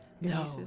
no